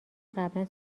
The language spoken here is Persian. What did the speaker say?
قبلا